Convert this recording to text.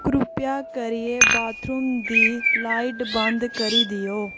करुपेया करियै बाथरूम दी लाइट बंद करी देओ